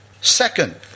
Second